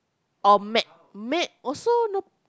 or matte also no